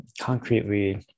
concretely